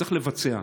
צריך לבצע.